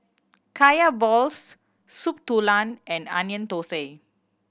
Kaya balls Soup Tulang and Onion Thosai